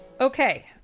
Okay